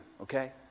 okay